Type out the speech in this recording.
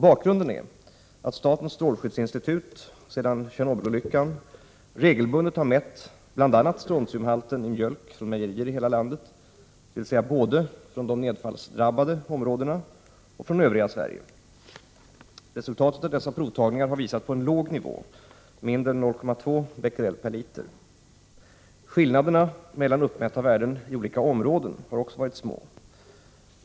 Bakgrunden är att statens strålskyddsinstitut sedan Tjernobylolyckan regelbundet har mätt bl.a. strontiumhalten i mjölk från mejerierna i hela landet, dvs. både från de nedfallsdrabbade områdena och från övriga Sverige. Resultatet av dessa provtagningar har visat på en låg nivå . Skillnaderna mellan uppmätta värden i olika områden har också varit små.